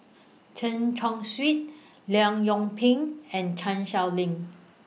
Chen Chong Swee Leong Yoon Pin and Chan Sow Lin